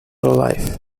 life